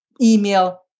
email